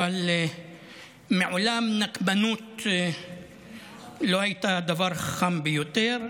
אבל מעולם נקמנות לא הייתה דבר חכם ביותר,